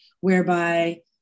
whereby